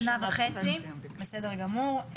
לשנה וחצי, בסדר גמור.